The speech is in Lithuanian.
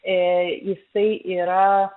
jisai yra